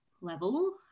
level